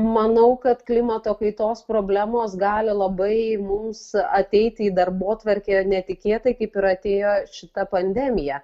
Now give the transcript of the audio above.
manau kad klimato kaitos problemos gali labai mums ateiti į darbotvarkę netikėtai kaip ir atėjo šita pandemija